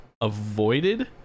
avoided